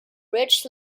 rich